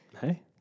Hey